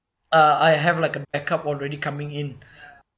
uh I have like a backup already coming in